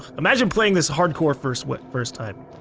imagine playing this hardcore first way, first time.